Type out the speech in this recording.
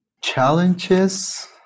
Challenges